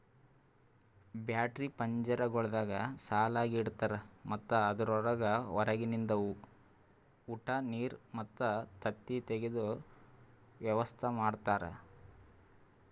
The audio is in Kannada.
ಬ್ಯಾಟರಿ ಪಂಜರಗೊಳ್ದಾಗ್ ಸಾಲಾಗಿ ಇಡ್ತಾರ್ ಮತ್ತ ಅದುರಾಗ್ ಹೊರಗಿಂದ ಉಟ, ನೀರ್ ಮತ್ತ ತತ್ತಿ ತೆಗೆದ ವ್ಯವಸ್ತಾ ಮಾಡ್ಯಾರ